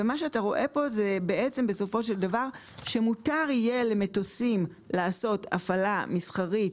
ומה שאתה רואה פה זה בסופו דבר שמותר יהיה למטוסים לעשות הפעלה מסחרית